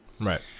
Right